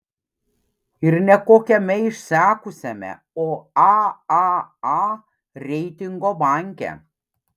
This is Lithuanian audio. ir ne kokiame išsekusiame o aaa reitingo banke